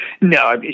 No